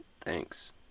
Thanks